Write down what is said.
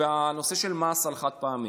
בנושא של מס על חד-פעמי.